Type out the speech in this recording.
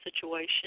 situation